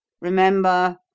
Remember